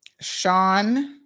Sean